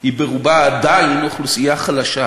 היא ברובה עדיין אוכלוסייה חלשה,